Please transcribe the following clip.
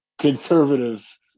conservative